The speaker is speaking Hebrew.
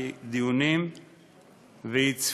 הוא לא פעל גם בתחומים שהם באחריותו הישירה.